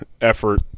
effort